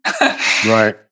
Right